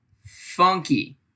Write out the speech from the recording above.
Funky